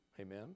Amen